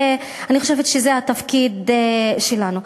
ואני חושבת שזה התפקיד שלנו.